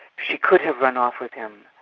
she could have run off with him,